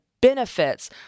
benefits